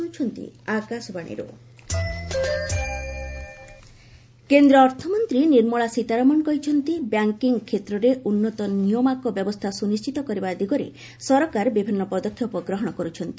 ଚେନ୍ନାଇ ସୀତାରମଣ କେନ୍ଦ୍ର ଅର୍ଥମନ୍ତ୍ରୀ ନିର୍ମଳା ସୀତାରମଣ କହିଛନ୍ତି ବ୍ୟାଙ୍କିଙ୍ଗ୍ କ୍ଷେତ୍ରରେ ଉନ୍ନତ ନିୟାମକ ବ୍ୟବସ୍ଥା ସୁନିଶ୍ଚିତ କରିବା ଦିଗରେ ସରକାର ବିଭିନ୍ନ ପଦକ୍ଷେପ ଗ୍ରହଣ କରୁଛନ୍ତି